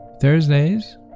Thursdays